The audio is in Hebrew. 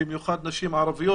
במיוחד נשים ערביות.